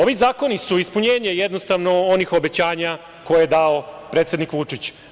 Ovi zakoni su ispunjenje, jednostavno, onih obećanja koje je dao predsednik Vučić.